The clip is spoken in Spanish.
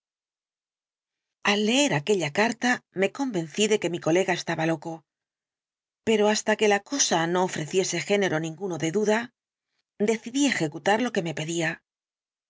al leer aquella carta me convencí de que mi colega estaba loco pero hasta que la cosa no ofreciese género ninguno de duda decidí ejecutar lo que me pedía